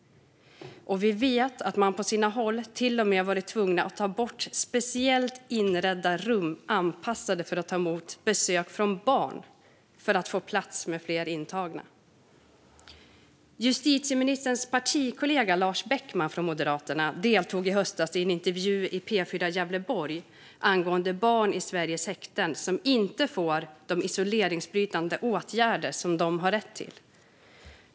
Vi vet att man på sina håll till och med har varit tvungen att ta bort speciellt inredda rum anpassade för att ta emot besök från barn för att få plats med fler intagna. Justitieministerns partikollega Lars Beckman från Moderaterna deltog i höstas i en intervju i P4 Gävleborg angående barn i Sveriges häkten som inte får de isoleringsbrytande åtgärder som de har rätt till.